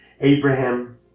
Abraham